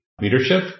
leadership